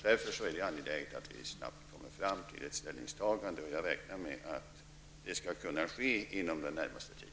Därför är det angeläget att vi snabbt kommer fram till ett ställningstagande. Jag räknar med att det skall kunna ske inom den närmaste tiden.